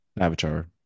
Avatar